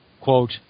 quote